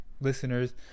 listeners